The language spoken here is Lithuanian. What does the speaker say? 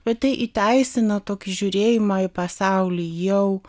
bet tai įteisina tokį žiūrėjimą į pasaulį jau